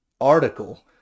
article